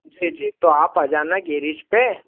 जी जी तो आप आ जाना गेरिज पर